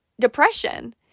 depression